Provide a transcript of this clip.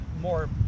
more